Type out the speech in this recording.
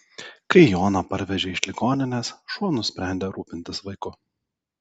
kai joną parvežė iš ligoninės šuo nusprendė rūpintis vaiku